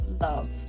Love